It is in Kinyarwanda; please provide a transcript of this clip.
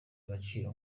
agaciro